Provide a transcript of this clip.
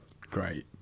Great